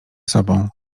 sobą